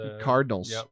Cardinals